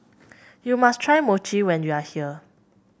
you must try Mochi when you are here